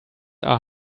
are